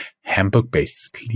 Hamburg-based